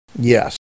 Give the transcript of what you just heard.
Yes